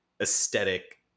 aesthetic